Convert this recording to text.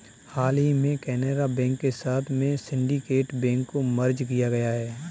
हाल ही में केनरा बैंक के साथ में सिन्डीकेट बैंक को मर्ज किया गया है